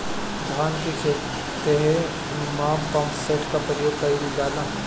धान के ख़हेते में पम्पसेट का उपयोग कइल जाला?